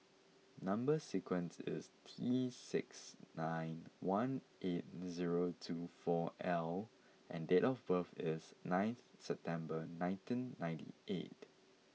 number sequence is T six nine one eight zero two four L and date of birth is nineth September nineteen ninety eight